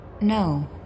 No